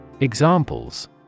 Examples